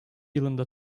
yılında